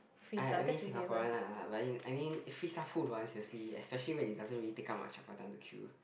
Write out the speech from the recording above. !aiya! I mean Singaporean lah but I mean free stuff who don't want seriously especially when it doesn't really take up much of your time to queue